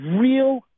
real